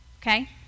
Okay